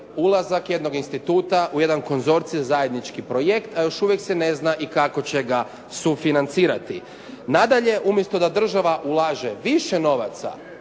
ulazak jednog instituta u jedan konzorcij za zajednički projekt, a još uvijek se ne zna i kako će ga sufinancirati. Nadalje, umjesto da država ulaže više novaca